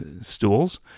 stools